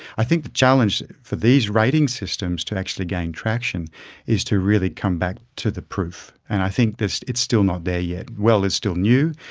i think the challenge for these rating systems to actually gain traction is to really come back to the proof. and i think it's still not there yet. well is still new,